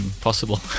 possible